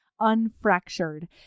unfractured